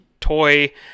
toy